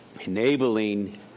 enabling